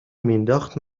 مینداخت